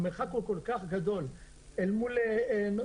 שהמרחק הוא כל כך גדול אל מול נושאים